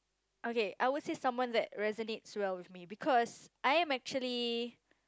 okay I would say someone that resonates well with me because I am actually